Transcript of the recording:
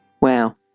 Wow